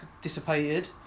dissipated